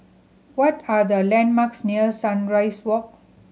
what are the landmarks near Sunrise Walk